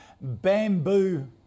bamboo